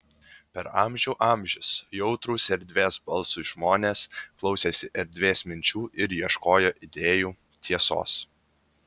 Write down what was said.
per amžių amžius jautrūs erdvės balsui žmonės klausėsi erdvės minčių ir ieškojo idėjų tiesos